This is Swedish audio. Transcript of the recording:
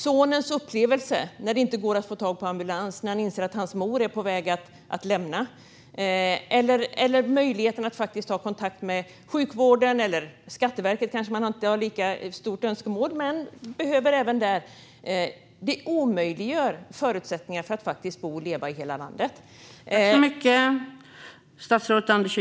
Sonens upplevelse när det inte går att få tag på ambulans och när han inser att hans mor är på väg att lämna honom eller bristande möjligheter att faktiskt ha kontakt med sjukvården eller Skatteverket - även om man kanske inte har lika stort önskemål om det - omöjliggör förutsättningarna för att faktiskt bo och leva i hela landet.